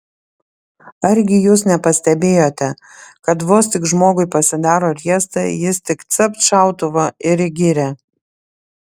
argi jūs nepastebėjote kad vos tik žmogui pasidaro riesta jis tik capt šautuvą ir į girią